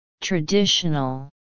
traditional